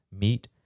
meat